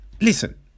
listen